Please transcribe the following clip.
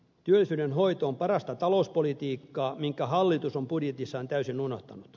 työllisyyden hoito on parasta talouspolitiikkaa minkä hallitus on budjetissaan täysin unohtanut